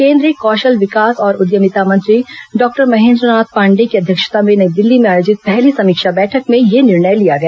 केंद्रीय कौशल विकास और उद्यमिता मंत्री डॉक्टर महेंद्र नाथ पांडेय की अध्यक्षता में नई दिल्ली में आयोजित पहली समीक्षा बैठक में यह निर्णय लिया गया